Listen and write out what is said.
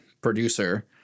producer